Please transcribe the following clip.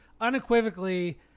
unequivocally